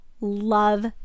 love